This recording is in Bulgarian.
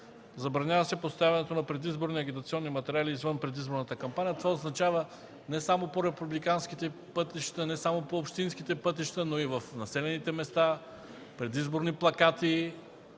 „Забранява се поставянето на предизборни агитационни материали извън предизборната кампания” – това означава не само по републиканските, по общинските пътища, но и в населените места, предизборни плакати,